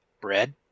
bread